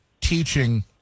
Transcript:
teaching